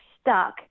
stuck